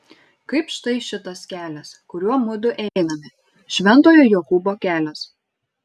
kaip štai šitas kelias kuriuo mudu einame šventojo jokūbo kelias